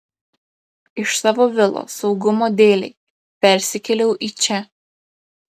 iš savo vilos saugumo dėlei persikėliau į čia